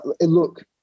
look